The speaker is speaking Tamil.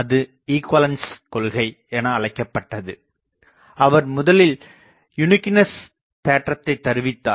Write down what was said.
அது இகுவளென்ஸ் கொள்கை என அழைக்கப்பட்டது அவர் முதலில் யூனிக்குயுனெஸ் தேற்றத்தை தருவித்தார்